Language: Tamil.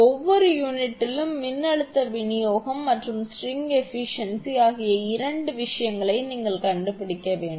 ஒவ்வொரு யூனிட்லும் மின்னழுத்த விநியோகம் மற்றும் ஸ்ட்ரிங் ஏபிசியன்சி ஆகிய இரண்டு விஷயங்களை நீங்கள் கண்டுபிடிக்க வேண்டும்